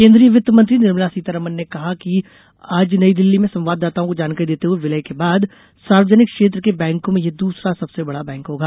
केन्द्रीय वित्त मंत्री निर्मला सीतारमन ने कहा आज नई दिल्ली में संवाददताओ को जानकारी देते हुए कि विलय के बाद सार्वजनिक क्षेत्र के बैंकों में यह दूसरा सबसे बड़ा बैंक होगा